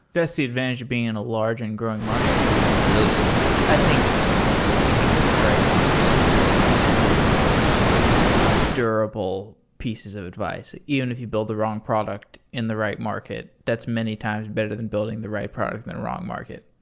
that's the advantage of being in a large and growing market it really is i think picking the right market is is really one of those durable pieces of advice even if you build the wrong product in the right market. that's many times better than building the right product in a wrong market.